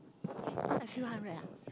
a few hundred ah